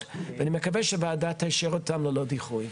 ואני מקווה שהוועדה תאשר אותן ללא דיחוי.